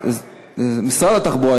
למשרד התחבורה,